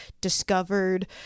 discovered